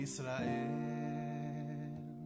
Israel